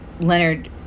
Leonard